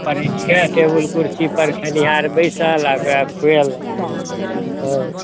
परैसके table कुर्सी पर खेनिहार बैसल आ ओकरा खुएलक हँ